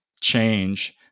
change